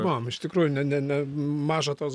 buvom iš tikrųjų ne ne ne maža tos